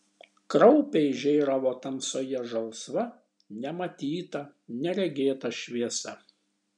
kraupiai žėravo tamsoje žalsva nematyta neregėta šviesa